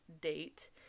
date